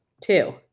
Two